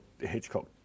Hitchcock